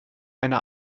eine